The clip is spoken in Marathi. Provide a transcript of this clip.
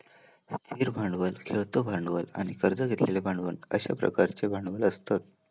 स्थिर भांडवल, खेळतो भांडवल आणि कर्ज घेतलेले भांडवल अश्या प्रकारचे भांडवल असतत